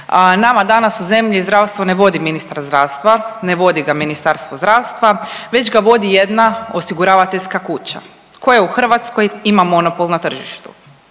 Nama danas u zemlji zdravstvo ne vodi ministar zdravstva, ne vodi ga Ministarstvo zdravstva već ga vodi jedna osiguravateljska kuća koja u Hrvatskoj ima monopol na tržištu.